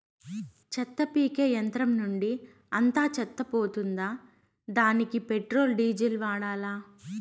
చెత్త పీకే యంత్రం నుండి అంతా చెత్త పోతుందా? దానికీ పెట్రోల్, డీజిల్ వాడాలా?